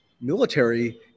military